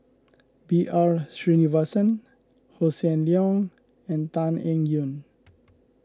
B R Sreenivasan Hossan Leong and Tan Eng Yoon